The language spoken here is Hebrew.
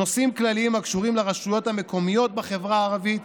נושאים כלליים הקשורים לרשויות המקומיות בחברה הערבית,